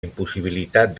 impossibilitat